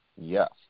Yes